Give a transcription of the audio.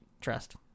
trust